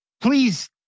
please